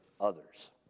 others